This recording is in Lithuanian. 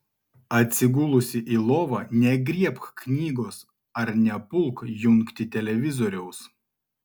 atsigulusi į lovą negriebk knygos ar nepulk jungti televizoriaus